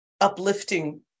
Uplifting